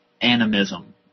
animism